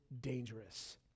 dangerous